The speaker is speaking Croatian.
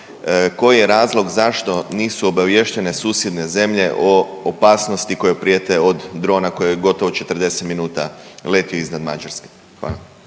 koji je razlog zašto nisu obaviještene susjedne zemlje o opasnosti koje prijete od drona koji je gotovo 40 minuta letio iznad Mađarske? Hvala.